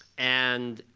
and